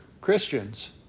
Christians